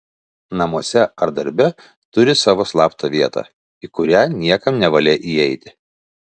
namuose ar darbe turi savo slaptą vietą į kurią niekam nevalia įeiti